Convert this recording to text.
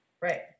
Right